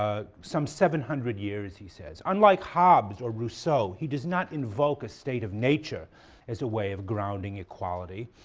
ah some seven hundred years he says. unlike hobbes or rousseau, he does not invoke a state of nature as a way of grounding equality.